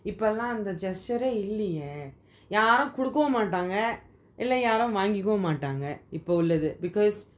இப்போல்லாம் அந்த:ipolam antha gesture eh இல்லையே யாரும் கொடுக்கவும் மாட்டாங்க இல்ல யாரும் வாங்கிக்கவும் மாட்டாங்க இப்போ உளது:illayae yaarum kudukavum maatanga illa yaarum vangikavum maatanga ipo ulathu because